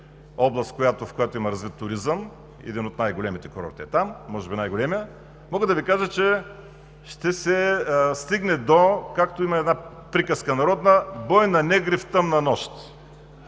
област, в която има развит туризъм – един от най големите курорти е там, може би най-големият – мога да Ви кажа, че ще се стигне до, както има една приказка народна: „бой на негри в тъмна нощ“.